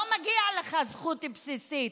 לא מגיעה לך זכות בסיסית.